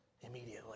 immediately